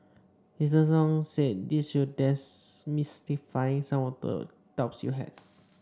Mister Tong said this will demystify some of the doubts you had